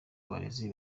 abarezi